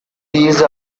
these